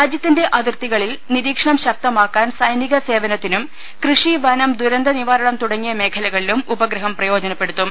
രാജ്യത്തിന്റെ അതിർത്തികളിൽ നിരീക്ഷണം ശക്തമാക്കാൻ സൈനിക സേവനത്തിനും കൃഷി വനം ദുരന്തനിവാരണം തുട ങ്ങിയ മേഖലകളിലും ഉപഗ്രഹം പ്രയോജനപ്പെടുത്തും